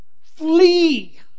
flee